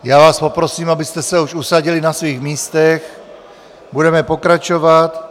Já vás poprosím, abyste se už usadili na svých místech, budeme pokračovat.